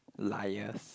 liars